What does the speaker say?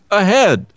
ahead